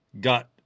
got